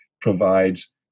provides